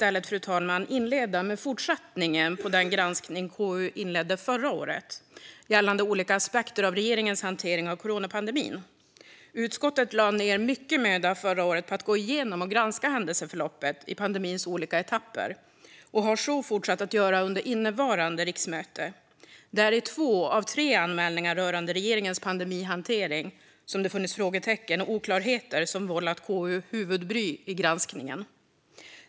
Låt mig inleda med fortsättningen på den granskning KU inledde förra året gällande olika aspekter av regeringens hantering av coronapandemin. Utskottet lade förra året ned mycket möda på att gå igenom och granska händelseförloppet i pandemins olika etapper och har så fortsatt att göra under innevarande riksmöte. Det är i två av tre anmälningar rörande regeringens pandemihantering som det funnits frågetecken och oklarheter som vållat KU huvudbry i granskningen.